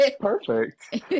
perfect